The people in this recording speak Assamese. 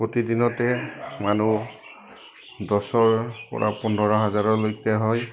প্ৰতিদিনতে মানুহ দহৰপৰা পোন্ধৰ হাজাৰলৈকে হয়